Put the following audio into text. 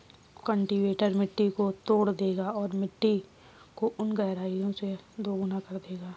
cultivator मिट्टी को तोड़ देगा और मिट्टी को उन गहराई से दोगुना कर देगा